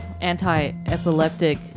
anti-epileptic